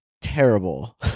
terrible